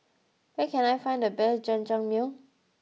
where can I find the best Jajangmyeon